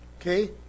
Okay